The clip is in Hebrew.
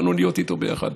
באנו להיות איתו ביחד.